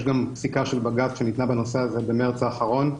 יש גם פסיקה של בג"ץ שניתנה בנושא הזה במרץ האחרון.